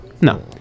No